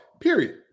Period